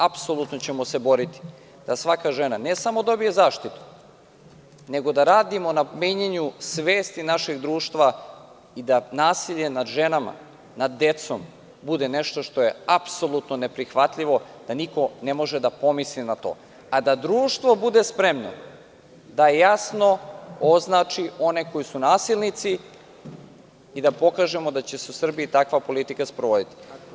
Apsolutno ćemo se boriti da svaka žena, ne samo dobije zaštitu, nego da radimo na menjanju svesti našeg društva i da nasilje nad ženama, nad decom, bude nešto što je apsolutno neprihvatljivo, da niko ne može da pomisli na to, a da društvo bude spremno da jasno označi one koji su nasilnici i da pokažemo da će se u Srbiji takva politika sprovoditi.